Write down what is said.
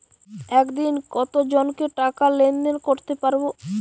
একদিন কত জনকে টাকা লেনদেন করতে পারবো?